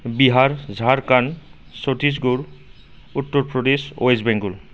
Bihar Jharkhand Chhattisgarh Uttar Pradesh west Bengal